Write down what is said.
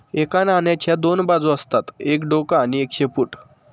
एका नाण्याच्या दोन बाजू असतात एक डोक आणि एक शेपूट